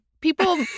people